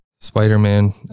spider-man